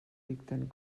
dicten